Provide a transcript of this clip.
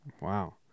Wow